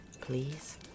Please